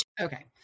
okay